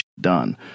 done